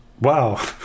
wow